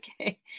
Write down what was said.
okay